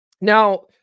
now